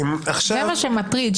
זה מה שמטריד,